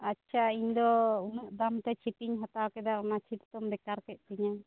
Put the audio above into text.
ᱟᱪᱪᱷᱟ ᱤᱧᱫᱚ ᱩᱱᱟ ᱜ ᱫᱟᱢᱛᱮ ᱪᱷᱩᱴᱤᱧ ᱦᱟᱛᱟᱣ ᱠᱮᱫᱟ ᱚᱱᱟ ᱪᱷᱤᱴ ᱫᱚᱢ ᱵᱮᱠᱟᱨ ᱠᱮᱫ ᱛᱤᱧᱟᱹ